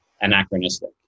anachronistic